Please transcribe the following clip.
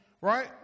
right